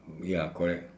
ya correct